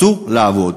צאו לעבוד.